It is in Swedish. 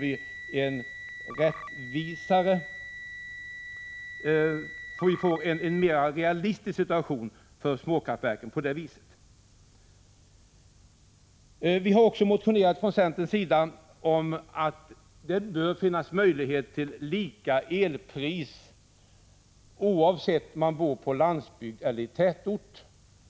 På det sättet får småkraftverken en mer realistisk situation. Från centerns sida har vi också motionerat om att det bör vara möjligt att få betala samma pris för el, oavsett om man bor på landsbygden eller i tätorter.